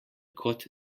kot